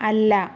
അല്ല